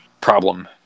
problem